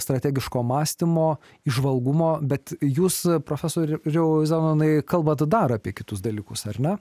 strategiško mąstymo įžvalgumo bet jūs profesoriau zenonai kalbat dar apie kitus dalykus ar ne